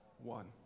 One